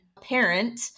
parent